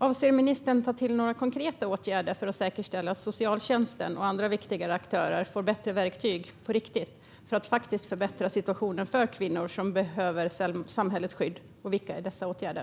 Avser ministern att ta till några konkreta åtgärder för att säkerställa att socialtjänsten och andra viktiga aktörer får bättre verktyg på riktigt för att förbättra situationen för kvinnor som behöver samhällets skydd, och vilka är dessa åtgärder?